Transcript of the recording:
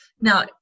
Now